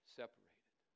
separated